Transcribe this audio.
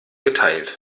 geteilt